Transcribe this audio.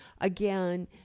again